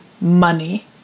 money